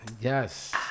yes